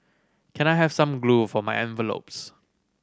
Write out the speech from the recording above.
can I have some glue for my envelopes